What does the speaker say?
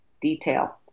detail